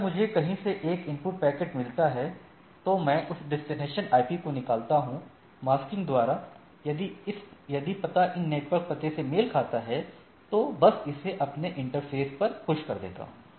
जब मुझे कहीं से एक इनपुट पैकेट मिलता है तो मैं उस डेस्टिनेशन आईपी को निकालता हूं मास्किंग द्वारा यदि पता इन नेटवर्क पते से मेल खाता है तो बस इसे अपने इंटरफेस पर पुश कर देता हूं